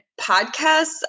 podcasts